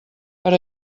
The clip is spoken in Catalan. per